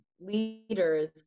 leaders